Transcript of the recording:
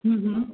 હમ હમ